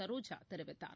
சரோஜா தெரிவித்தார்